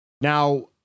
Now